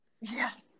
Yes